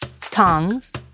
tongs